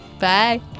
Bye